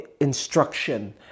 instruction